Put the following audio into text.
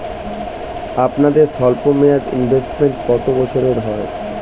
আপনাদের স্বল্পমেয়াদে ইনভেস্টমেন্ট কতো বছরের হয়?